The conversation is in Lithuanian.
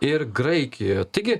ir graikijoje taigi